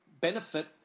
benefit